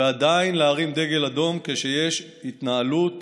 ועדיין להרים דגל אדום כשיש התנהלות